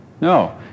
No